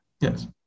yes